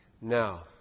Now